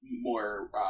more